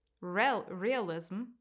Realism